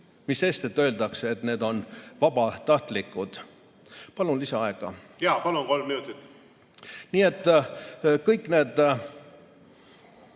Mis sellest, et öeldakse, et need on vabatahtlikud. Palun lisaaega. Jaa, palun! Kolm minutit. Nii et kõik need